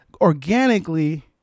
organically